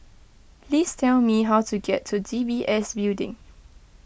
please tell me how to get to D B S Building